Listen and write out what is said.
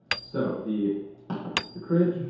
so the the crit,